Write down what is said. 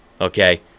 Okay